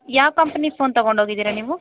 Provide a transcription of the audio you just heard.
ಯಾವ company phone ತಗೊಂಡೋಗಿದ್ದೀರಾ ನೀವು